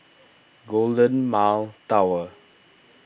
Golden Mile Tower